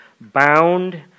bound